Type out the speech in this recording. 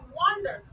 wonder